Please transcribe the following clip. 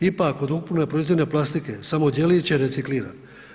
Ipak, od ukupno proizvedene plastike, samo djelić je recikliran.